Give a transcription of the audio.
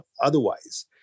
otherwise